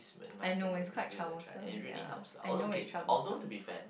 I know it's quite troublesome ya I know it's troublesome